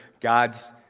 God's